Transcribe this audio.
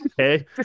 Okay